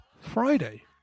Friday